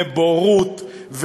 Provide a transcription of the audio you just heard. לבורות,